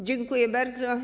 Dziękuję bardzo.